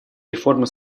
реформы